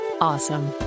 awesome